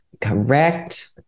correct